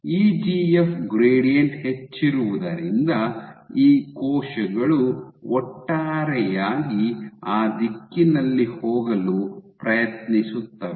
EGF gradient ಹೆಚ್ಚಿರುವುದರಿಂದ ಈ ಕೋಶಗಳು ಒಟ್ಟಾರೆಯಾಗಿ ಆ ದಿಕ್ಕಿನಲ್ಲಿ ಹೋಗಲು ಪ್ರಯತ್ನಿಸುತ್ತವೆ